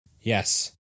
Yes